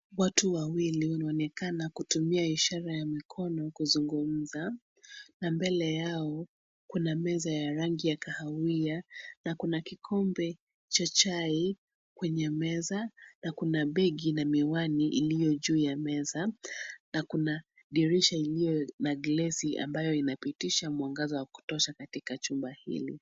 Watu wawili wanaonekana kutumia ishara ya mikono kuzungumza, na mbele yao kuna meza ya rangi ya kahawia na kuna kikombe cha chai kwenye meza na kuna begi na miwani iliojuu ya meza na kuna dirisha iliona glesi ambayo inapitisha mwangaza wakutosha katika chumba hiki.